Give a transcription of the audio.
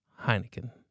Heineken